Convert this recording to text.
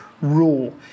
rule